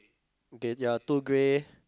okay ya two grey